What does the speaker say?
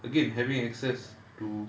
again having access to